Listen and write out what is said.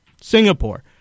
Singapore